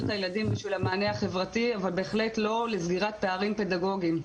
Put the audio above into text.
את הילדים בשביל המענה החברתי אבל בהחלט לא לסגירת פערים פדגוגיים.